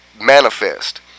manifest